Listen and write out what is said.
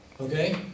Okay